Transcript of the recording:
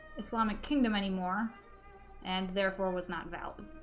islamic kingdom anymore and therefore was not valid